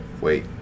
wait